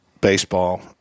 baseball